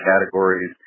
categories